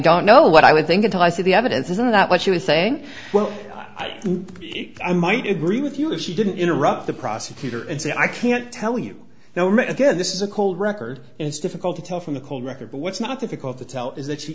don't know what i would think until i see the evidence isn't that what she was saying well i think i might agree with you if she didn't interrupt the prosecutor and say i can't tell you now read again this is a cold record it's difficult to tell from the cold record but what's not difficult to tell is that she